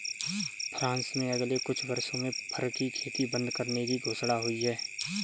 France में अगले कुछ वर्षों में फर की खेती बंद करने की घोषणा हुई है